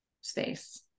space